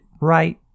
right